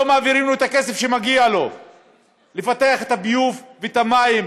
לא מעבירים לו את הכסף שמגיע לו לפתח את הביוב ואת המים